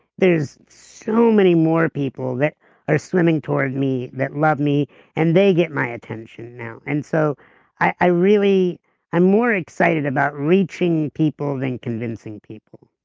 there's so many more people that are swimming toward me, that love me and they get my attention now. and so really i'm more excited about reaching people, than convincing people